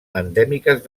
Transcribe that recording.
endèmiques